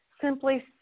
simply